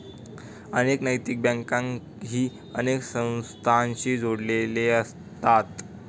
अनेक नैतिक बँकाही अनेक संस्थांशी जोडलेले असतात